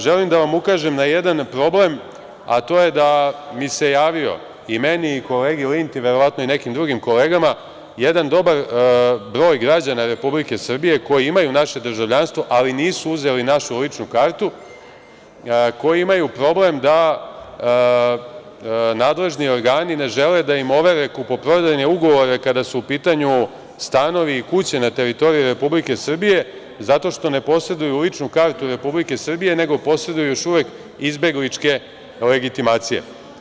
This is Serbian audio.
Želim da vam ukažem na jedan problem, a to je da mi se javio i meni i kolegi Linti, verovatno i nekim drugim kolegama, jedan dobar broj građana Republike Srbije, koji imaju naše državljanstvo, ali nisu uzeli našu ličnu kartu, koji imaju problem da nadležni organi ne žele da im overe kupoprodajne ugovore kada su u pitanju stanovi i kuće na teritoriji Republike Srbije, zato što ne poseduju ličnu kartu Republike Srbije, nego poseduju još uvek izbegličke legitimacije.